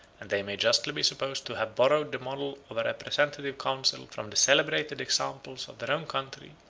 and they may justly be supposed to have borrowed the model of a representative council from the celebrated examples of their own country,